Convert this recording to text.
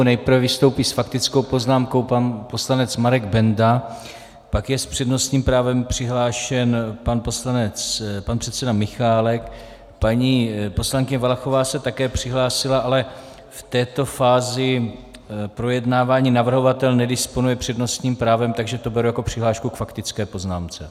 Nejprve vystoupí s faktickou poznámkou pan poslanec Marek Benda, pak je s přednostním právem přihlášen pan předseda Michálek, paní poslankyně Valachová se také přihlásila, ale v této fázi projednávání navrhovatel nedisponuje přednostním právem, takže to beru jako přihlášku k faktické poznámce.